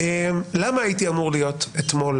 למה הייתי אמור להיות אתמול